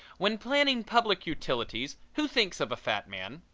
when planning public utilities, who thinks of a fat man?